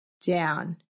down